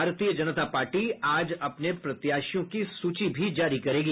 भारतीय जनता पार्टी आज अपने प्रत्याशियों की सूची भी जारी करेगी